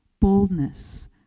Boldness